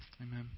Amen